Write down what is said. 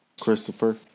Christopher